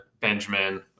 Benjamin